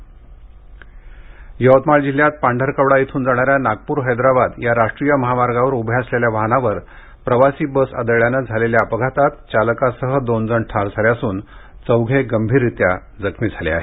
यवतमाळ अपघात यवतमाळ जिल्ह्यात पांढरकवडा इथून जाणाऱ्या नागपूर हैदराबाद या राष्ट्रीय महामार्गावर उभ्या असलेल्या वाहनावर प्रवासी बस आदळल्यानं झालेल्या अपघातात चालकासह दोन जण ठार झाले असून चौघे गंभीररीत्या जखमी झाले आहेत